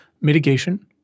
Mitigation